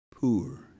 poor